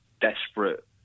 desperate